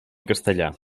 castellà